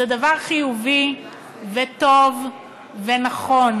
זה דבר חיובי וטוב ונכון.